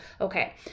okay